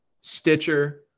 Stitcher